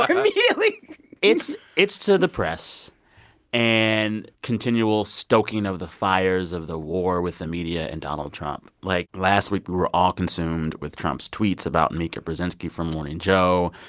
um immediately it's it's to the press and continual stoking of the fires of the war with the media and donald trump. like, last week, we were all consumed with trump's tweets about mika brzezinski from morning joe.